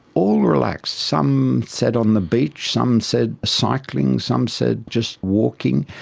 all relaxed, some said on the beach, some said cycling, some said just walking.